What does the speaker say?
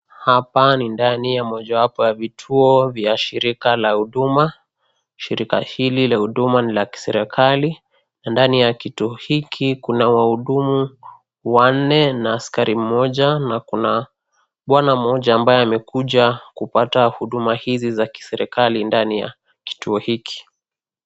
Hapa ni ndani ya mojawapo ya vituo vya shirika la huduma. Shirika hili la huduma ni la kiserikali na ndani ya kituo hiki kuna wahudumu wanne na askari mmoja na kuna bwana mmoja ambaye amekuja kupata Huduma hizi za kiserikali ndani ya kituo hiki .